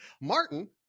Martin